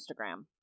Instagram